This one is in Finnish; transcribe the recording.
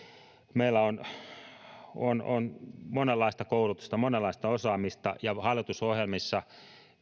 meillä on on monenlaista koulutusta monenlaista osaamista ja hallitusohjelmissa